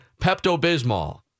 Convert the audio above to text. Pepto-Bismol